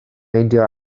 meindio